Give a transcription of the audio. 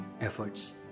Efforts